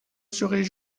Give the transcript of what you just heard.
serais